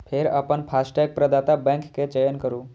फेर अपन फास्टैग प्रदाता बैंक के चयन करू